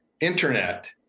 internet